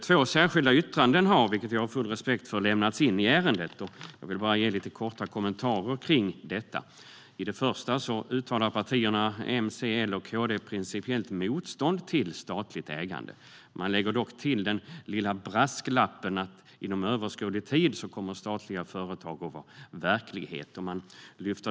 Två särskilda yttranden har, vilket jag har full respekt för, lämnats in i ärendet, och jag vill bara ge korta kommentarer kring dessa. I det första uttalar partierna M, C, L och KD principiellt motstånd mot statligt ägande. Man lägger dock till den lilla brasklappen om att statliga företag kommer att förbli en verklighet inom överskådlig tid.